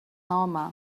home